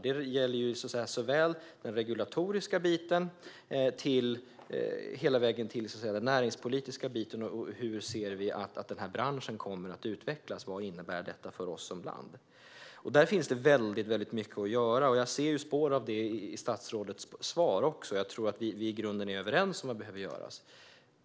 Det gäller från den regulatoriska biten hela vägen till den näringspolitiska biten, hur vi ser att den här branschen kommer att utvecklas och vad detta innebär för oss som land. Där finns det väldigt mycket att göra, och jag ser spår av det i statsrådets svar. Jag tror att vi i grunden är överens om vad som behöver göras.